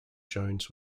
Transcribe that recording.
jones